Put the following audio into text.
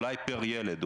אולי פר ילד,